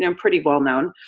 and um pretty well known.